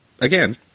again